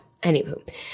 Anywho